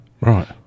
right